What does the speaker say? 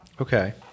Okay